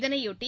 இதனையொட்டி